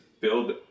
build